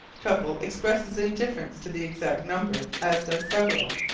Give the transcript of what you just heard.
couple expresses indifference to the exact number, as does several.